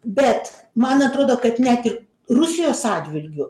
bet man atrodo kad net ir rusijos atžvilgiu